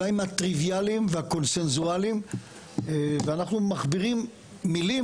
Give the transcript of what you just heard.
אולי מהטריוויאליים והקונצנזואליים ואנחנו מכבירים מילים